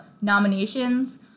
nominations